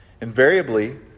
Invariably